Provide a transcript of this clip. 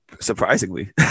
surprisingly